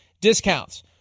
discounts